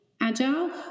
agile